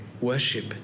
worship